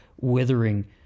withering